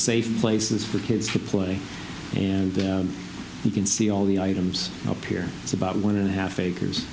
safe places kids to play and you can see all the items up here it's about one and a half acres